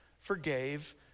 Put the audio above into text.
forgave